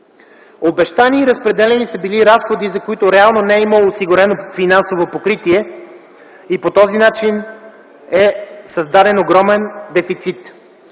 Обещани и разпределени са били разходи, за които реално не е имало осигурено финансово покритие, и по този начин е създаден огромен дефицит.